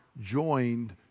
joined